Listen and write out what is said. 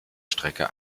strecke